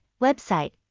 Website